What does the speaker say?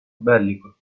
bellico